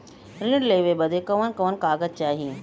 ऋण लेवे बदे कवन कवन कागज चाही?